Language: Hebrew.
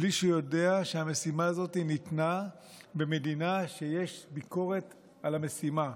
בלי שהוא יודע שהמשימה הזאת ניתנה במדינה שיש ביקורת על המשימה.